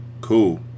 Cool